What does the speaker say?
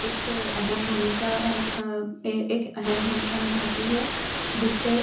एक अहम भूमिका एक अहम भूमिका निभाती है जिससे